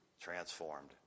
transformed